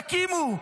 תקימו,